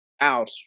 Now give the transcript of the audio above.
out